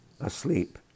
asleep